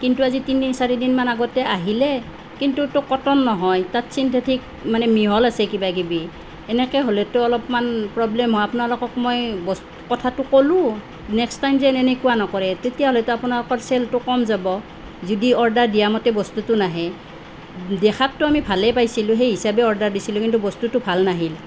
কিন্তু আজি তিনিদিন চাৰিদিন মানৰ আগতে আহিলে কিন্তুতো কটন নহয় তাত চিন্থেটিক মানে মিহল আছে কিবা কিবি তেনেকৈ হ'লেতো অলপমান প্ৰব্লেম হয় আপোনালোকক মই কথাটো কলোঁ নেক্সট টাইম যেন এনেকুৱা নকৰে তেতিয়াহ'লেতো আপোনালোকৰ চেলটো কম যাব যদি অৰ্ডাৰ দিয়া মতে বস্তুটো নাহে দেখাততো আমি ভালেই পাইছিলোঁ সেই হিচাপে অৰ্ডাৰ দিছিলোঁ কিন্তু বস্তুটো নাহিল